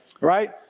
right